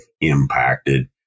impacted